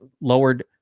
lowered